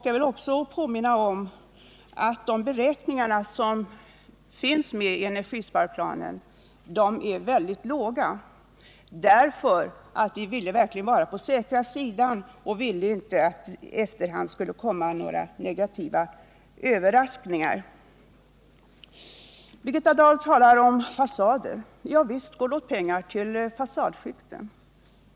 Jag vill också påminna om att siffrorna i energisparplanen är mycket lågt satta. Vi ville verkligen vara på den säkra sidan och ville inte att det i efterhand skulle komma några negativa överraskningar. Birgitta Dahl talade om fasader. Visst går det åt pengar åt fasadskiften.